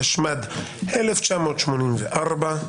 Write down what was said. התשמ"ד-1984.